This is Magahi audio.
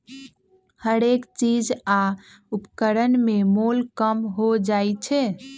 हरेक चीज आ उपकरण में मोल कम हो जाइ छै